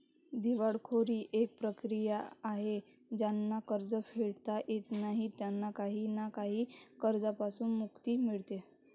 दिवाळखोरी एक प्रक्रिया आहे ज्यांना कर्ज फेडता येत नाही त्यांना काही ना काही कर्जांपासून मुक्ती मिडते